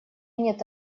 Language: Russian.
нет